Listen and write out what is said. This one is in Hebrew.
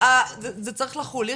זה צריך לחול.